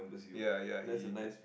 ya ya he